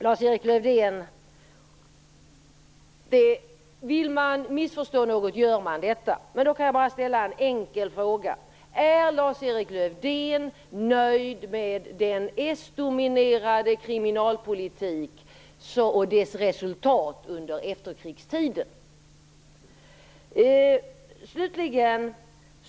Lars-Erik Lövdén, vill man missförstå något, då gör man det! Är Lars-Erik Lövdén nöjd med den sdominerade kriminalpolitiken och dess resultat under efterkrigstiden?